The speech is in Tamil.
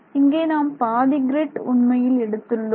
இங்கே நாம் பாதி கிரிட் உண்மையில் எடுத்துள்ளோம்